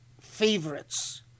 favorites